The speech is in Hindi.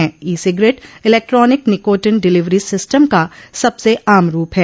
ई cigarette electronic nicotine delivery system का सबसे आम रूप है